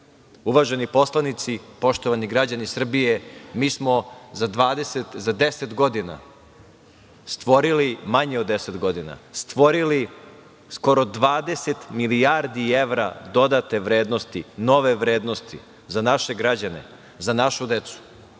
Uvaženi poslanici, poštovani građani Srbije, mi smo za 10 godina, manje od 10 godina stvorili skoro 20 milijardi evra dodate vrednosti, nove vrednosti za naše građane, za našu decu,